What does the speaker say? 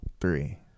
three